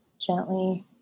gently